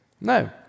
No